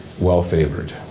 well-favored